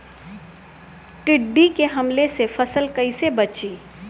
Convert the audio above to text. टिड्डी के हमले से फसल कइसे बची?